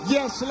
Yes